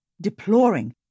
deploring